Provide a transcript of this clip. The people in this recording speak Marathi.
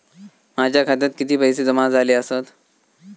माझ्या खात्यात किती पैसे जमा झाले आसत?